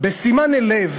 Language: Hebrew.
"בשימן אל לב